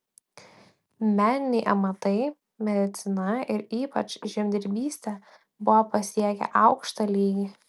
meniniai amatai medicina ir ypač žemdirbystė buvo pasiekę aukštą lygį